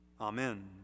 Amen